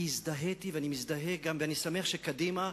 כי הזדהיתי, ואני גם מזדהה, ואני שמח שקדימה,